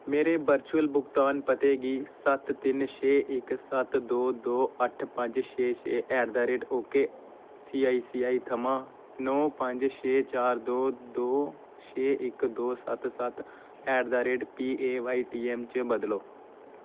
मेरे वर्चुअल भुगतान पते गी सत्त तिन्न छे इक सत्त दो दो अट्ठ पंज छे छे at the rate okay C I C थमां नौ पंज छे चार दो दो छे इक दो सत्त सत्त at the rate P A Y T M च बदलो